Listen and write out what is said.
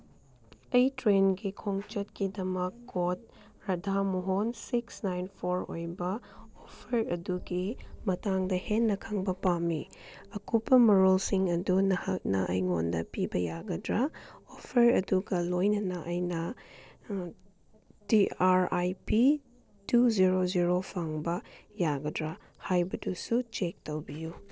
ꯑꯩ ꯇ꯭ꯔꯦꯟꯒꯤ ꯈꯣꯡꯆꯠꯀꯤꯗꯃꯛ ꯀꯣꯠ ꯔꯙꯥꯃꯣꯍꯣꯟ ꯁꯤꯛꯁ ꯅꯥꯏꯟ ꯐꯣꯔ ꯑꯣꯏꯕ ꯑꯣꯐꯔ ꯑꯗꯨꯒꯤ ꯃꯇꯥꯡꯗ ꯍꯦꯟꯅ ꯈꯪꯕ ꯄꯥꯝꯃꯤ ꯑꯀꯨꯞꯄ ꯃꯔꯣꯜꯁꯤꯡ ꯑꯗꯨ ꯅꯍꯥꯛꯅ ꯑꯩꯉꯣꯟꯗ ꯄꯤꯕ ꯌꯥꯒꯗ꯭ꯔꯥ ꯑꯣꯐꯔ ꯑꯗꯨꯒ ꯂꯣꯏꯅꯅ ꯑꯩꯅ T R I P two zero zero ꯐꯪꯕ ꯌꯥꯒꯗ꯭ꯔꯥ ꯍꯥꯏꯕꯗꯨꯁꯨ ꯆꯦꯛ ꯇꯧꯕꯤꯌꯨ